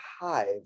hive